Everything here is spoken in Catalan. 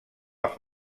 els